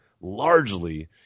largely